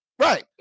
right